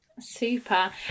super